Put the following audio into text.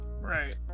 right